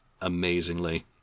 amazingly